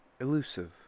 elusive